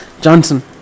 johnson